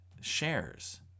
shares